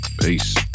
Peace